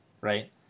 right